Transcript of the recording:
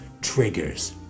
triggers